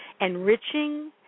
enriching